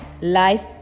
Life